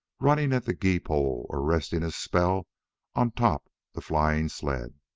running at the gee-pole or resting his spell on top the flying sled.